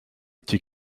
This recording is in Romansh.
tgi